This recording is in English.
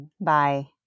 Bye